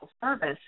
service